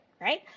Right